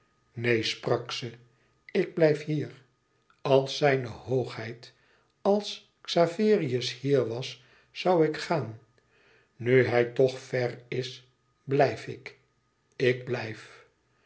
neen sprak ze ik blijf hier als zijne hoogheid als xaverius hier was zoû ik gaan nu hij toch ver is blijf ik ik blijf